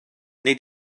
wnei